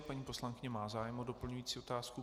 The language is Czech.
Paní poslankyně má zájem o doplňující otázku.